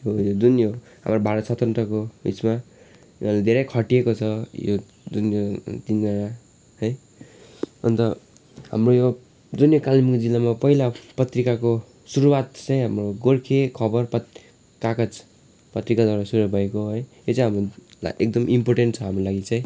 र जुन यो हाम्रो भारत स्वतन्त्रको उयेसमा यिनीहरू धेरै खटिएको छ यो जुन तिनजना है अन्त हाम्रो यो जुन कालिम्पोङ जिल्लामा पहिला पत्रिकाको सुरुआत चाहिँ हाम्रो गोर्खे खबर पत् कागज पत्रिकाद्वारा सुरू भएको हो है यो चाहिँ हाम्रो लागि एकदम इन्पोटेन्ट छ हाम्रो लागि चाहिँ